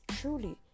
truly